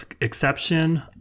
exception